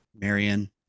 Marion